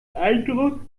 eindruck